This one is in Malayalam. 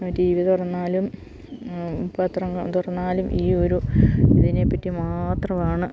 പിന്നെ ടി വി തുറന്നാലും പത്രങ്ങൾ തുറന്നാലും ഈയൊരു ഇതിനെപ്പറ്റി മാത്രമാണ്